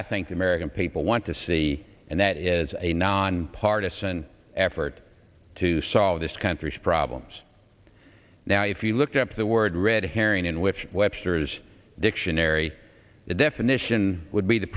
i think the american people want to see and that is a nonpartisan effort to solve this country's problems now if you looked up the word red herring in which webster's dictionary definition would be the